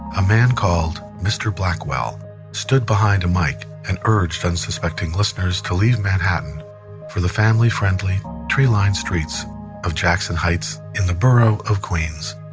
a man called mr. blackwell stood behind a mic and urged unsuspecting listeners to leave manhattan for the family-friendly tree-lined streets of jackson heights in the burrows of queens.